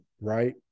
right